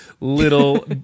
little